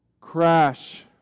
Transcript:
crash